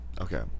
okay